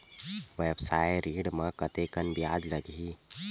व्यवसाय ऋण म कतेकन ब्याज लगही?